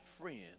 friend